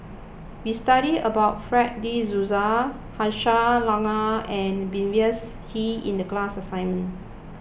we studied about Fred De Souza Aisyah Lyana and Mavis Hee in the class assignment